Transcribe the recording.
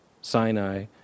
Sinai